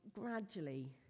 gradually